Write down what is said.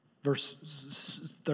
Verse